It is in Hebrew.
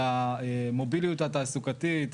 על המוביליות התעסוקתית,